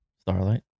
Starlight